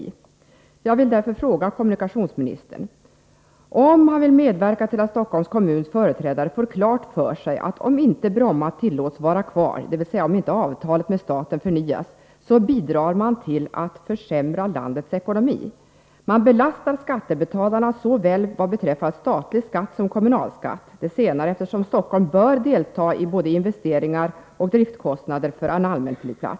Jag vill därför fråga kommunikationsministern om han vill medverka till att Stockholms kommuns företrädare får klart för sig att om inte Bromma tillåts vara kvar, dvs. om inte avtalet med staten förnyas, så bidrar man till att försämra landets ekonomi. Man belastar skattebetalarna vad beträffar såväl statlig skatt som kommunalskatt — det senare eftersom Stockholm bör delta i både investeringar och driftkostnader för en allmänflygplats.